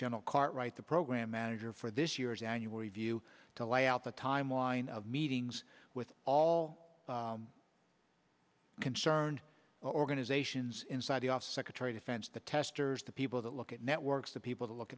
general cartwright the program manager for this year's annual review to lay out the timeline of meetings with all concerned organizations inside the office secretary defense the testers the people that look at networks the people to look